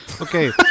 Okay